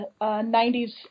90s